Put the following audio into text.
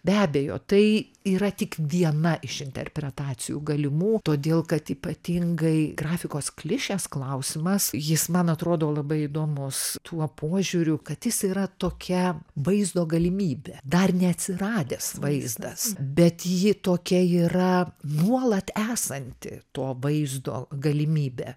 be abejo tai yra tik viena iš interpretacijų galimų todėl kad ypatingai grafikos klišes klausimas jis man atrodo labai įdomus tuo požiūriu kad jis yra tokia vaizdo galimybė dar neatsiradęs vaizdas bet ji tokia yra nuolat esanti to vaizdo galimybė